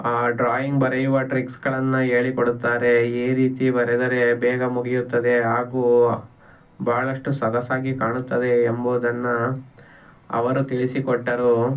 drawing ಬರೆಯುವ ಟ್ರಿಕ್ಸ್ಗಳನ್ನು ಹೇಳಿಕೊಡುತ್ತಾರೆ ಈ ರೀತಿ ಬರೆದರೆ ಬೇಗ ಮುಗಿಯುತ್ತದೆ ಹಾಗೂ ಭಾಳಷ್ಟು ಸೊಗಸಾಗಿ ಕಾಣುತ್ತದೆ ಎಂಬುದನ್ನು ಅವರು ತಿಳಿಸಿಕೊಟ್ಟರು